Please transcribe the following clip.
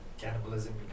Cannibalism